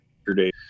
yesterday